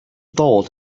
thought